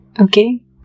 okay